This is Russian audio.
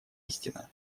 истина